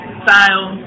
style